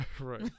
right